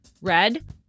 Red